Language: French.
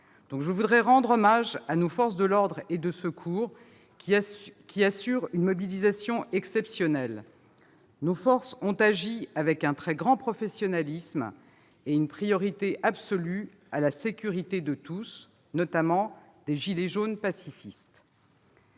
Je voudrais rendre hommage à nos forces de l'ordre et de secours, dont la mobilisation est exceptionnelle. Elles ont agi avec un très grand professionnalisme, donnant une priorité absolue à la sécurité de tous, notamment des gilets jaunes pacifiques.